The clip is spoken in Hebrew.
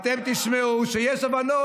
אתם תשמעו שיש הבנות.